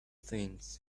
things